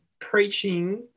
preaching